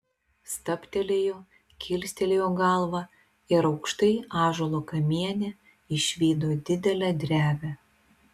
stabtelėjo kilstelėjo galvą ir aukštai ąžuolo kamiene išvydo didelę drevę